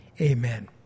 Amen